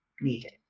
needed